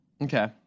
Okay